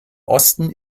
osten